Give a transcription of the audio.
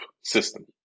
system